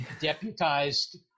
deputized